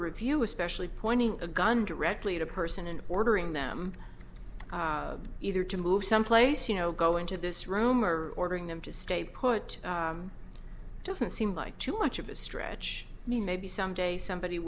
review especially pointing a gun directly at a person and ordering them either to move someplace you know go into this room or ordering them to stay put doesn't seem like too much of a stretch maybe someday somebody